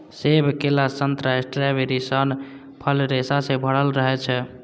सेब, केला, संतरा, स्ट्रॉबेरी सन फल रेशा सं भरल रहै छै